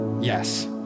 yes